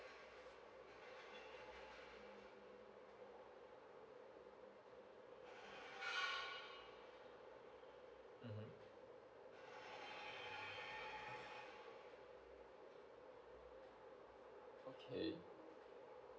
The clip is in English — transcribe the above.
mm okay